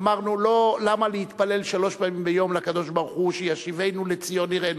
אמרנו: למה להתפלל שלוש פעמים ביום לקדוש-ברוך-הוא שישיבנו לציון עירנו,